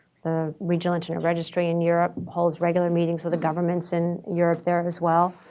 the regional internet registry in europe holds regular meetings with the governments in europe there as well.